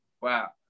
wow